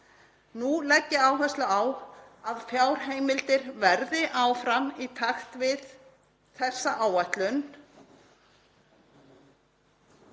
Nú legg ég áherslu á að fjárheimildir verði áfram í takti við þessa áætlun